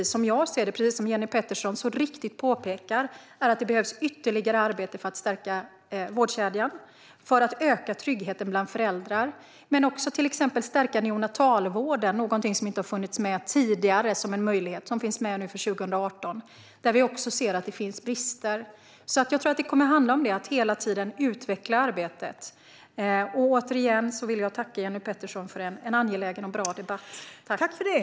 Som jag ser det och som Jenny Petersson så riktigt påpekar behövs det ytterligare arbete för att stärka vårdkedjan för att öka tryggheten bland föräldrar men också för att till exempel stärka neonatalvården. Det är något som inte har funnits med tidigare som en möjlighet men som nu finns med för 2018 och där vi också ser att det finns brister. Jag tror att det kommer att handla om att hela tiden utveckla arbetet. Återigen vill jag tacka Jenny Petersson för en angelägen och bra debatt.